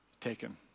taken